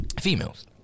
females